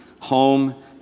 home